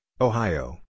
Ohio